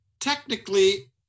technically